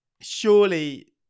Surely